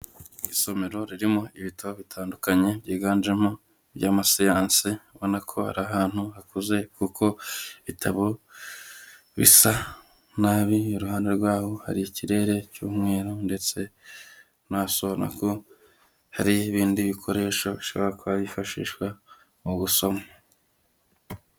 Isomero ririmo ibitabo bitandukanye byiganjemo iby'amasiyanse ubona ko ari ahantu hakuze kuko ibitabo bisa nabi, iruhande rwaho hari ikirere cy'umweru ndetse no hasi urabona ko hari ibindi bikoresho bishobora kuba byifashishwa mu gusoma.